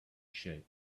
shape